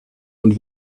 und